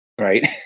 Right